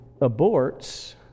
aborts